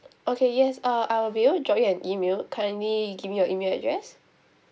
okay yes uh I'll be able to drop you an email kindly give me your email address